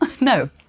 No